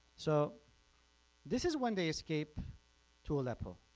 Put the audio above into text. so this is when they escape to aleppo.